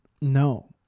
No